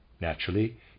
Naturally